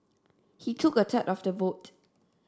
he took a third of the vote